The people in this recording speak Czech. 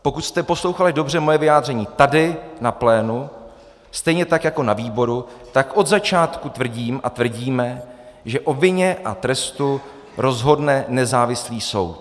Pokud jste poslouchali dobře moje vyjádření tady na plénu stejně tak jako na výboru, tak od začátku tvrdím a tvrdíme, že o vině a trestu rozhodne nezávislý soud.